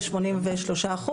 זה 83 אחוז,